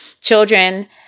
Children